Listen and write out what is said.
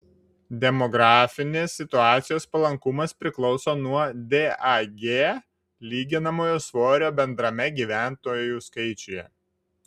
demografinės situacijos palankumas priklauso nuo dag lyginamojo svorio bendrame gyventojų skaičiuje